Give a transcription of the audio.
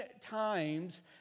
times